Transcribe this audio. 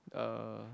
uh